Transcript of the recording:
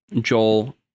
Joel